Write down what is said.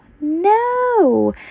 no